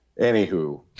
Anywho